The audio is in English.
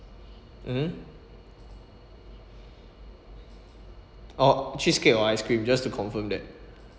mmhmm orh cheesecake or ice cream just to confirm that